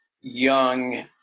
young